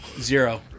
Zero